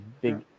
big